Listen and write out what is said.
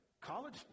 college